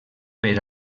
per